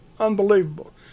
unbelievable